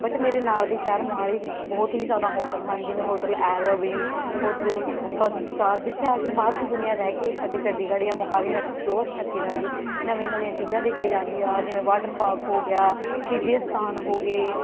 but ਮੇਰੇ ਨਾਲ਼ ਦੇ ਸ਼ਹਿਰ ਮੋਹਾਲੀ ਵਿੱਚ ਬਹੁਤ ਹੀ ਜ਼ਿਆਦਾ ਹੋਟਲ ਹਨ ਜਿਵੇਂ ਹੋਟਲ ਐਰੋਬੀਨ ਹੋਟਲ ਫਸਟ ਸਟਾਰ ਜਿੱਥੇ ਆ ਕੇ ਬਾਹਰ ਦੀ ਦੁਨੀਆਂ ਰਹਿ ਕੇ ਸਾਡੇ ਚੰਡੀਗੜ੍ਹ ਜਾਂ ਮੋਹਾਲੀ ਨੂੰ ਐਕਸਪਲੋਰ ਕਰਕੇ ਜਾਂਦੀ ਹੈ ਨਵੀਆਂ ਨਵੀਆਂ ਚੀਜ਼ਾਂ ਦੇਖ ਕੇ ਜਾਂਦੀ ਆ ਜਿਵੇਂ ਵਾਟਰ ਪਾਰਕ ਹੋ ਗਿਆ ਸ਼ਹੀਦੀ ਅਸਥਾਨ ਹੋ ਗਏ